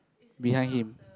behind him